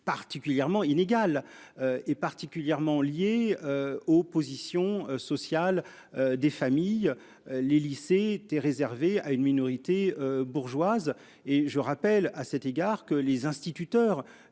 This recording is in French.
Particulièrement inégal et particulièrement lié. Aux positions sociale. Des familles. Les lycées étaient réservés à une minorité bourgeoise et je rappelle à cet égard que les instituteurs